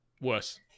Worse